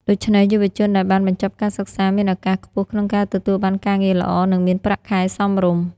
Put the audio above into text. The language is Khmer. ដូច្នេះ យុវជនដែលបានបញ្ចប់ការសិក្សាមានឱកាសខ្ពស់ក្នុងការទទួលបានការងារល្អ និងមានប្រាក់ខែសមរម្យ។